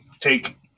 take